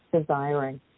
desiring